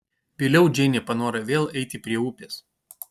vėliau džeinė panoro vėl eiti prie upės